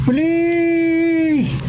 Please